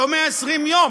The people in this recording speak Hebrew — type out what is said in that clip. לא 120 יום,